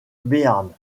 béarn